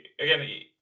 again